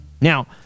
Now